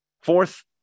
Fourth